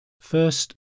First